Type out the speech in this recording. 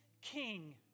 king